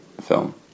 film